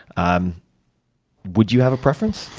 um would you have a preference?